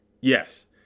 Yes